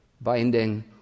Binding